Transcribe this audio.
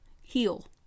Heal